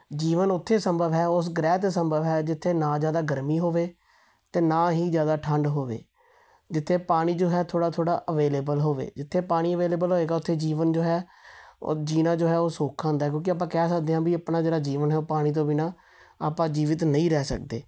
ਜੀਵਨ ਉੱਥੇ ਸੰਭਵ ਹੈ ਉਸ ਗ੍ਰਹਿ 'ਤੇ ਸੰਭਵ ਹੈ ਜਿੱਥੇ ਨਾ ਜ਼ਿਆਦਾ ਗਰਮੀ ਹੋਵੇ ਅਤੇ ਨਾ ਹੀ ਜ਼ਿਆਦਾ ਠੰਡ ਹੋਵੇ ਜਿੱਥੇ ਪਾਣੀ ਜੋ ਹੈ ਥੋੜ੍ਹਾ ਥੋੜ੍ਹਾ ਅਵੇਲੇਬਲ ਹੋਵੇ ਜਿੱਥੇ ਪਾਣੀ ਅਵੇਲੇਬਲ ਹੋਏਗਾ ਉੱਥੇ ਜੀਵਨ ਜੋ ਹੈ ਉਹ ਜੀਣਾ ਜੋ ਹੈ ਉਹ ਸੌਖਾ ਹੁੰਦਾ ਹੈ ਕਿਉਂਕਿ ਆਪਾਂ ਕਹਿ ਸਕਦੇ ਹਾਂ ਵੀ ਆਪਣਾ ਜਿਹੜਾ ਜੀਵਨ ਹੈ ਉਹ ਪਾਣੀ ਤੋਂ ਬਿਨਾਂ ਆਪਾਂ ਜੀਵਤ ਨਹੀਂ ਰਹਿ ਸਕਦੇ